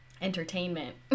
entertainment